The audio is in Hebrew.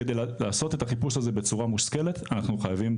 כדי לעשות את החיפוש הזה בצורה מושכלת אנחנו חייבים